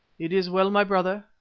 it is well, my brother,